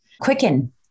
Quicken